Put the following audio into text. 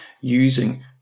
using